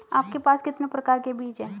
आपके पास कितने प्रकार के बीज हैं?